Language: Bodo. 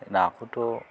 नाखौथ'